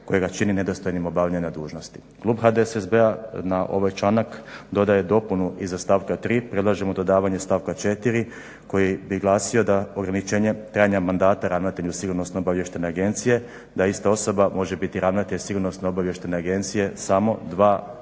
koje ga čini nedostojnim obavljanja dužnosti. Klub HDSSB-a na ovaj članak dodaje dopunu iza stavka 3. predlažemo dodavanje stavka 4. koji bi glasio da ograničenje trajanja mandata ravnatelju sigurnosno-obavještajne agencije da ista osoba može biti ravnatelj sigurnosno-obavještajne agencije samo dva mandata